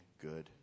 good